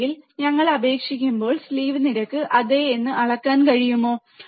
അല്ലെങ്കിൽ ഞങ്ങൾ അപേക്ഷിക്കുമ്പോൾ സ്ലീവ് നിരക്ക് അതെ എന്ന് അളക്കാൻ കഴിയുമോ